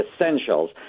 essentials